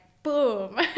Boom